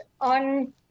on